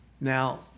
Now